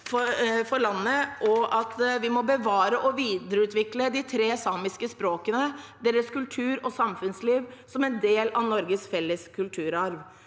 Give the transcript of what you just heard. for landet, og at vi må bevare og videreutvikle de tre samiske språkene og samenes kultur og samfunnsliv som en del av Norges felles kulturarv.